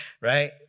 right